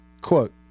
Quote